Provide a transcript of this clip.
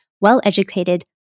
well-educated